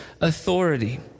authority